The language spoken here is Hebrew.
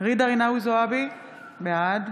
ג'ידא רינאוי זועבי, בעד